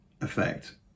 effect